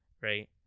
right